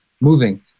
moving